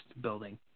building